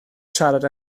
siarad